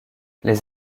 les